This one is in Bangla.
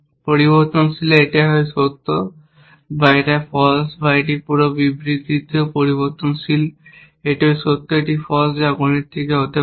পরিবর্তনশীলে এটি হয় সত্য বা এটি ফলস এবং এই পুরো বিবৃতিটিও পরিবর্তনশীল এটি হয় সত্য বা এটি ফলস যা গণিত থেকে হতে পারে